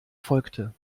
folgte